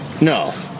No